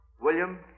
William